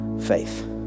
faith